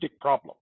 problem